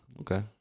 Okay